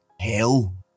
hell